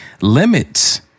Limits